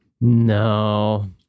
No